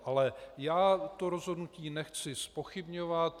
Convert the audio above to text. Ale rozhodnutí nechci zpochybňovat.